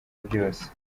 byose